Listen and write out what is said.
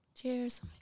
Cheers